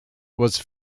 was